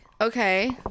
okay